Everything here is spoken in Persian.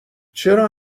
چرا